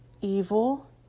evil